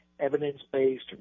evidence-based